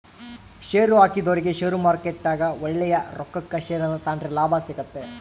ಷೇರುಹಾಕಿದೊರಿಗೆ ಷೇರುಮಾರುಕಟ್ಟೆಗ ಒಳ್ಳೆಯ ರೊಕ್ಕಕ ಷೇರನ್ನ ತಾಂಡ್ರೆ ಲಾಭ ಸಿಗ್ತತೆ